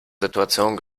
situation